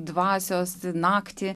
dvasios naktį